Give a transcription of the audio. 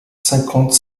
cinquante